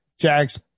Jags